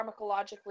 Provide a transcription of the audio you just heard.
pharmacologically